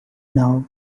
now